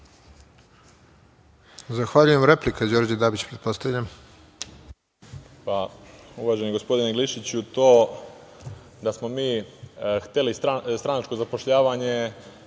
Zahvaljujem. Replika, Đorđe Dabić, pretpostavljam.